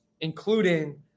including